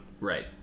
right